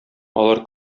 алар